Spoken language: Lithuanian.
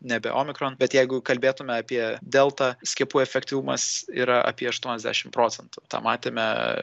nebe omikron bet jeigu kalbėtume apie deltą skiepų efektyvumas yra apie aštuoniasdešim procentų tą matėme